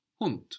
Hund